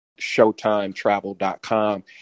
showtimetravel.com